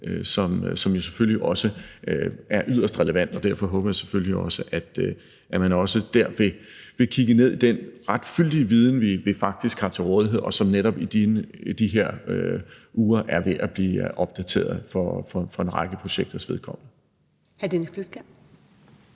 som jo selvfølgelig også er yderst relevante. Og derfor håber jeg selvfølgelig, at man også dér vil kigge ned i den ret fyldige viden, som vi faktisk har til rådighed, og som netop i de her uger er ved at blive opdateret for en række projekters vedkommende.